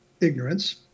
ignorance